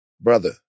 Brother